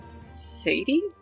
Sadie